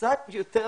קצת יותר